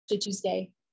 Tuesday